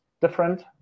different